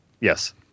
Yes